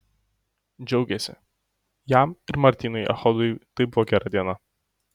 džiaugėsi jam ir martynui echodui tai buvo gera diena